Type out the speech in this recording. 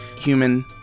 human